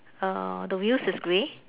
err the wheels is grey